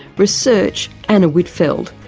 research anna whitfeld.